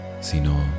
sino